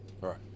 Right